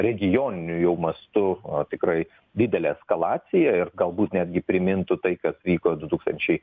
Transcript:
regioniniu jau mastu a tikrai didelė eskalacija ir galbūt netgi primintų tai kas vyko du tūkstančiai